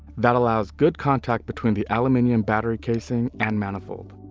that allows good contact between the aluminium battery casing and manifold.